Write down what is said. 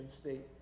State